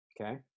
okay